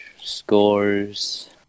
Scores